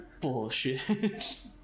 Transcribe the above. bullshit